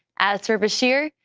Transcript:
as for bashir,